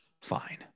Fine